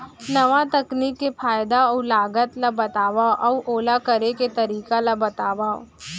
नवा तकनीक के फायदा अऊ लागत ला बतावव अऊ ओला करे के तरीका ला बतावव?